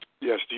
yes